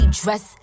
dress